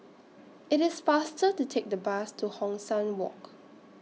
IT IS faster to Take The Bus to Hong San Walk